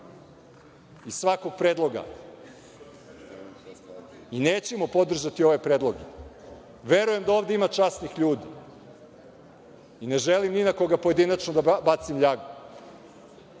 i svakog predloga. Nećemo podržati ove predloge. Verujem da ovde ima časnih ljudi i ne želim ni na koga pojedinačno da bacim ljagu,